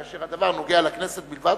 כאשר הדבר נוגע לכנסת בלבד,